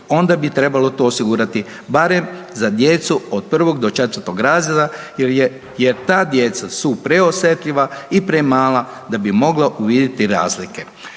onda bi trebalo to osigurati barem za djecu od 1. do 4. razreda jer ta djeca su preosjetljiva i premala da bi mogla uvidjeti razlike.